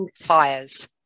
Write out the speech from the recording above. fires